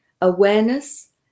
awareness